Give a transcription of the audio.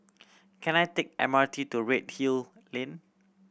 can I take M R T to Redhill Lane